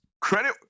Credit